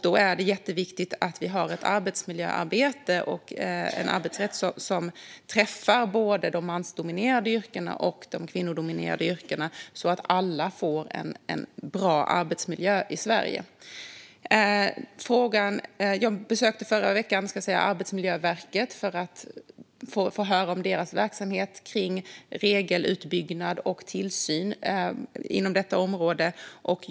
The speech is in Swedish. Då är det jätteviktigt att vi har ett arbetsmiljöarbete och en arbetsrätt som träffar både de mansdominerade yrkena och de kvinnodominerade yrkena så att alla får en bra arbetsmiljö i Sverige. Jag besökte i förra veckan Arbetsmiljöverket för att få höra om deras verksamhet när det gäller regelutbyggnad och tillsyn inom detta område.